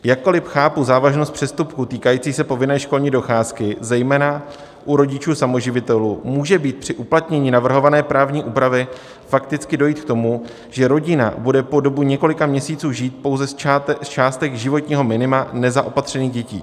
Jakkoli chápu závažnost přestupku týkajícího se povinné školní docházky, zejména u rodičů samoživitelů může být při uplatnění navrhované právní úpravy fakticky dojít k tomu, že rodina bude po dobu několika měsíců žít pouze z částek životního minima nezaopatřených dětí.